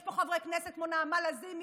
יש פה חברי כנסת כמו נעמה לזימי,